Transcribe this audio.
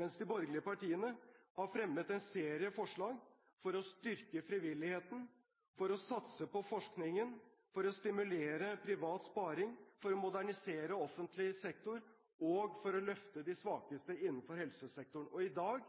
mens de borgerlige partiene har fremmet en serie forslag for å styrke frivilligheten, for å satse på forskningen, for å stimulere privat sparing, for å modernisere offentlig sektor, og for å løfte de svakeste innenfor helsesektoren. I dag